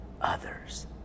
others